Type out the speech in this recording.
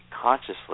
consciously